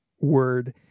word